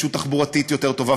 נגישות תחבורתית יותר טובה,